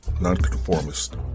nonconformist